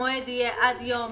המועד יהיה עד יום